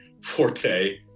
forte